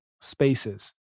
spaces